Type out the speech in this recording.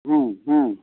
ହଁ ହଁ